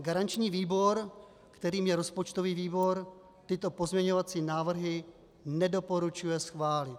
Garanční výbor, kterým je rozpočtový výbor, bohužel tyto pozměňovací návrhy nedoporučuje schválit.